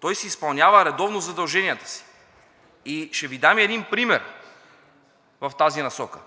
той изпълнява редовно задълженията си. Ще Ви дам и един пример в тази насока.